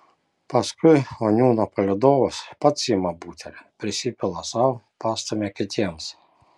paskui oniūno palydovas pats ima butelį prisipila sau pastumia kitiems